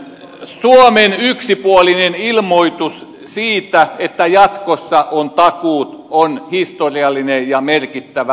suomen yksipuolinen ilmoitus siitä että jatkossa on takuut on historiallinen ja merkittävä